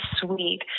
sweet